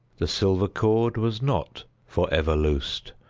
the silver cord was not for ever loosed,